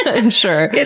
i'm sure.